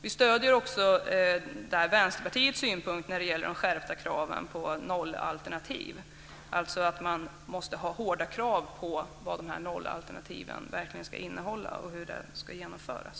Vi stöder också Vänsterpartiets synpunkt när det gäller skärpta krav på nollalternativ, alltså att det måste ställas hårda krav på vad de här nollalternativen verkligen ska innehålla och hur de ska genomföras.